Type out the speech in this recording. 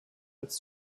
als